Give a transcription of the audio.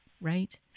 Right